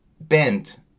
bent